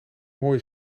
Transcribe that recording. mooie